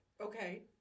okay